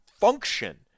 function